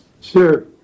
Sure